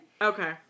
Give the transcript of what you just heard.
Okay